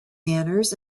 manners